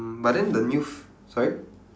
mm but then the new f~ sorry